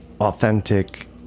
authentic